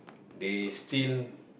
they still